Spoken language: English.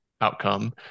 outcome